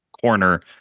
corner